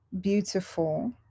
beautiful